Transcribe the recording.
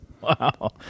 Wow